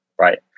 Right